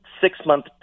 six-month